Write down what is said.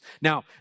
Now